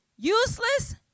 useless